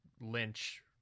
Lynch